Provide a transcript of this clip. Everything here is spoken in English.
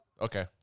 Okay